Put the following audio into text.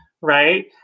Right